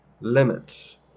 limits